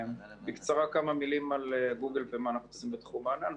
בקצרה כמה מילים על גוגל ומה אנחנו עושים בתחום הענן.